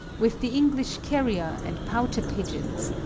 with the english carrier and pouter pigeons,